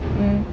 mm